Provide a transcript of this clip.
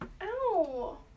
Ow